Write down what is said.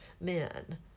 men